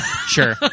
Sure